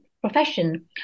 profession